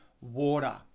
water